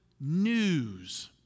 news